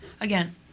Again